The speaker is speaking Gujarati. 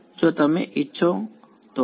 જો તમે ઇચ્છો તો બધા હું માં